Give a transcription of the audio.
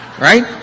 Right